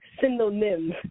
synonyms